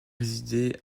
résister